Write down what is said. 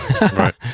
right